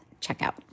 checkout